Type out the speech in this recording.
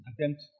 attempt